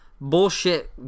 bullshit